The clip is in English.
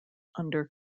under